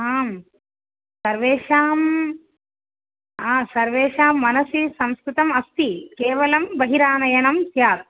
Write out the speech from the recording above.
आं सर्वेषाम् आ सर्वेषां मनसि संस्कृतम् अस्ति केवलं बहिरानयनं स्यात्